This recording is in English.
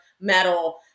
metal